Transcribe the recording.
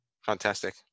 Fantastic